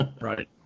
Right